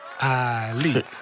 Ali